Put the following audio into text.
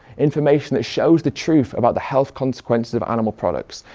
information that shows the truth about the health consequences of animal products,